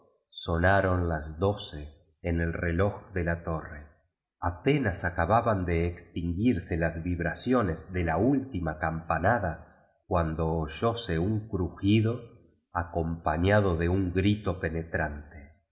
sonaron las doce en el reloj de la torre apenas acabahuu de extinguirse las vibra ciones de la álfiina campanada cuando oyó se un crujido ncmipniíiirín de un grito pene